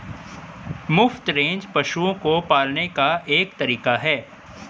मुफ्त रेंज पशुओं को पालने का एक तरीका है